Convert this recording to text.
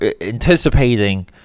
anticipating